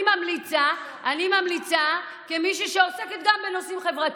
אני ממליצה, כמי שעוסקת גם בנושאים חברתיים,